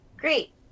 Great